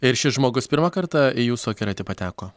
ir šis žmogus pirmą kartą į jūsų akiratį pateko